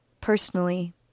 Personally